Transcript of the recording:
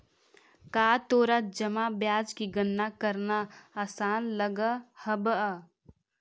का तोरा जमा ब्याज की गणना करना आसान लगअ हवअ